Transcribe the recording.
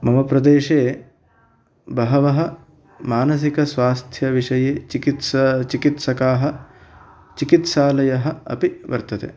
मम प्रदेशे बहवः मानसिकस्वास्थ्यविषये चिकेत्स चिकित्सकाः चिकित्सालयः अपि वर्तते